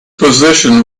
position